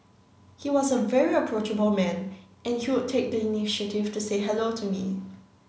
he was a very approachable man and he would take the initiative to say hello to me